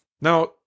Now